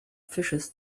fishes